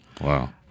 Wow